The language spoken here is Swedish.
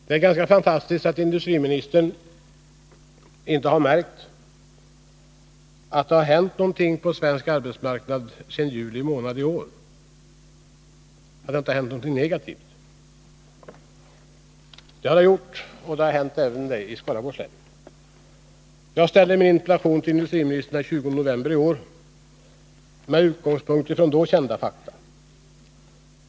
Det är ganska fantastiskt att landets industriminister inte har märkt att det har hänt något på svensk arbetsmarknad i negativ riktning sedan juli månad i år. Det har det gjort, och det har hänt även i Skaraborgs län. Jag ställde min interpellation till industriministern den 20 november i år med utgångspunkt i då kända fakta.